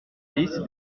liste